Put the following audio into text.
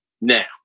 now